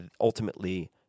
ultimately